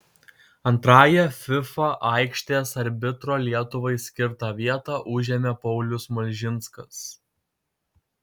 antrąją fifa aikštės arbitro lietuvai skirtą vietą užėmė paulius malžinskas